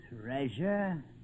Treasure